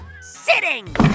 Sitting